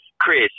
Chris